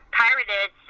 pirated